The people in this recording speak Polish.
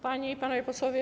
Panie i Panowie Posłowie!